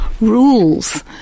rules